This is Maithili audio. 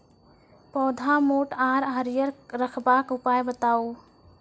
पौधा मोट आर हरियर रखबाक उपाय बताऊ?